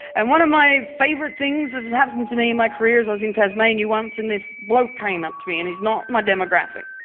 and one of my favourite things that has happened to me in my career is i was in tasmania once and this bloke came up to me, and he's not my demographic.